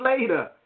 later